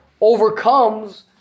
overcomes